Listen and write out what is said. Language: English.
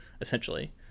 essentially